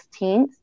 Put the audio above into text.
16th